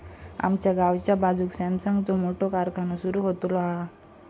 आमच्या गावाच्या बाजूक सॅमसंगचो मोठो कारखानो सुरु होतलो हा